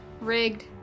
Rigged